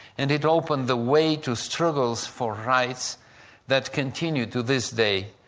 and it opened the way to struggles for rights that continue to this day.